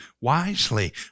wisely